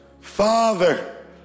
father